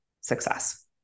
success